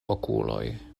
okuloj